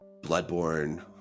Bloodborne